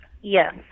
Yes